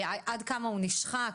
עד כמה הוא נשחק?